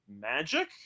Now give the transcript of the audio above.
Magic